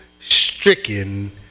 stricken